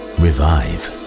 revive